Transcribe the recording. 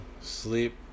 sleep